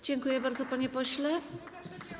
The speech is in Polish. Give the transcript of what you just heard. Dziękuję bardzo, panie pośle.